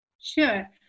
Sure